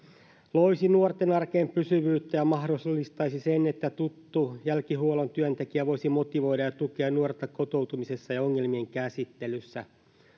loisi nuorten arkeen pysyvyyttä ja mahdollistaisi sen että tuttu jälkihuollon työntekijä voisi motivoida ja tukea nuorta kotoutumisessa ja ongelmien käsittelyssä